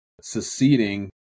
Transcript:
seceding